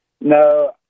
No